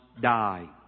die